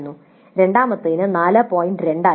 8 ആയിരുന്നു രണ്ടാമത്തേതിന് ഇത് 4